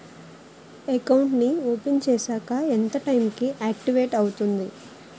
Account నీ open చేశాక ఎంత టైం కి ఆక్టివేట్ అవుతుంది?